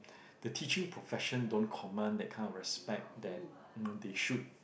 the teaching profession don't command that kind of respect that you know they should